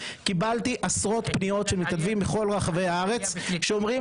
קיבלתי עשרות פניות של מתנדבים מכל רחבי הארץ שאומרים